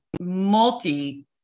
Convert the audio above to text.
multi